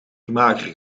mager